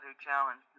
challenge